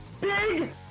big